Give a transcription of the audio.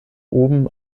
oben